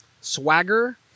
swagger